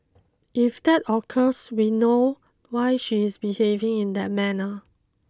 if that occurs we know why she is behaving in that manner